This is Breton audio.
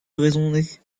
brezhoneg